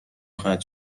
قطع